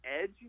edge